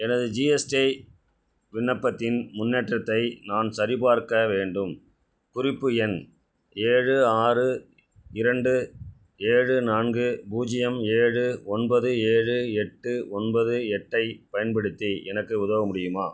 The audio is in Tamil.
எனது ஜிஎஸ்டி விண்ணப்பத்தின் முன்னேற்றத்தை நான் சரிபார்க்க வேண்டும் குறிப்பு எண் ஏழு ஆறு இரண்டு ஏழு நான்கு பூஜ்ஜியம் ஏழு ஒன்பது ஏழு எட்டு ஒன்பது எட்டைப் பயன்படுத்தி எனக்கு உதவ முடியுமா